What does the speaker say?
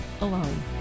alone